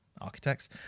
architects